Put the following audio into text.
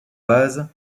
vases